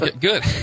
Good